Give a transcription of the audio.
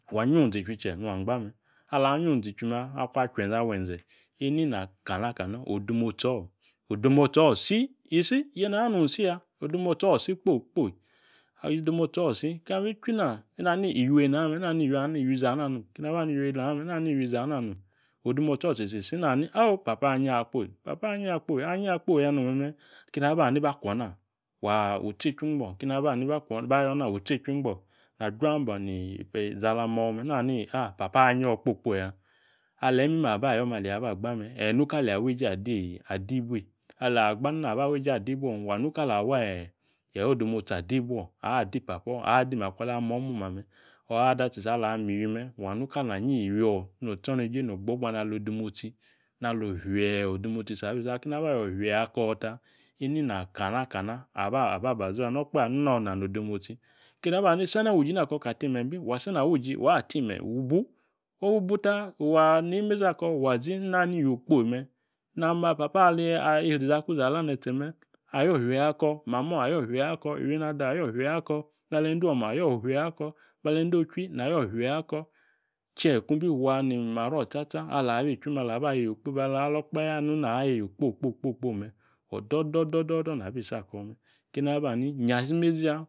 . Wa yung zi ichwi che̱ nung agba me̱ ala yuing zi ichwi me akung achue̱nze̱ awa e̱nze̱ inina kana kana odomotso̱ isi, isi, yeeyi na ayo nodemotsi isi ya odemotso isi kpo kpo, odemotso isi kabi chwi na, nani iywi iziana nom, na ni iywi woyi nani, na iywi izana nom. Odemosto tsitsi isi nani o papo̱ anyio akpo, papo̱ anyi akpo, anyio iakpoya nom meme aka eni aba akwo na wu itsi echu ngbo̱ keni aba hani ba yona wu tsi echu ngbo na jua abua ni izi ala mo̱me̱ nàni papo anyio kpo kpo ya. Eleeyi imime aba ayo me̱ aleeyi aba gba me̱ eeyi nu nka leeyi aba eeje adi bui Ala gba naba aweeje adi ibuo adi papo̱ adi makwa ala agamo omoma me̱ A ada tsitsi ala mi iywi me wanu kala anyi iywio̱ notsoneje no gbagba nalo odemotsi. Akeni naba ayo ofie̱ ako ta o̱kpaue anu nona no odemotsi. Keni aba hani sene wu uji na koka timenyi bi. Wa sene awu uji wa timenyi wubu wubuta ni imezi ako wo zi Na iywi okpo me. Papo ali isri izakuzi ala netse me̱ ayo̱ ofie ako, mamo̱ ayo̱ ofie ako iywènado̱ ayo̱ ofie ako̱ mali e̱ncle̱ ochwi ayo̱ ofie ako̱ che kung bi fua ni maro tsatsa ali abi chwi me̱ ala aba yeeya me alo okpaue anu na ayeeya okpo kpo kpo me̱ o̱do̱do̱do̱do̱ nabi isi ako̱ mee. Akeni aba ani yassa imezi ya.